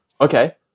okay